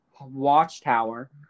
watchtower